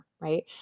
right